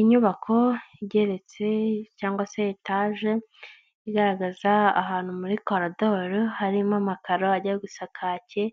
Inyubako igeretse cyangwa se etaje igaragaza ahantu muri koradoro, harimo amakaro ajya gusa kake,